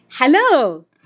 Hello